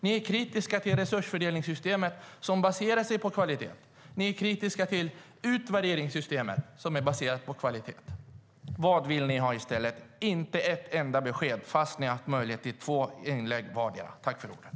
Ni är kritiska till resursfördelningssystemet, som baserar sig på kvalitet. Ni är kritiska till utvärderingssystemet, som är baserat på kvalitet. Vad vill ni ha i stället? Ni har inte gett ett enda besked, fast ni haft möjlighet i två inlägg vardera.